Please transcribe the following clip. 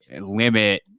limit